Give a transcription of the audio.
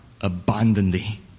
abundantly